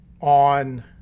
on